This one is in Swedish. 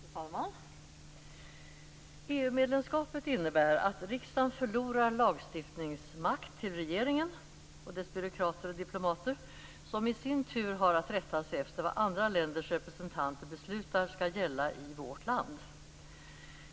Fru talman! EU-medlemskapet innebär att riksdagen förlorar lagstiftningsmakt till regeringen och dess byråkrater och diplomater, som i sin tur har att rätta sig efter vad andra länders representanter beslutar skall gälla i vårt land.